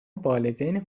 والدین